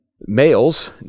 males